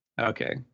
okay